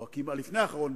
או לפני האחרון,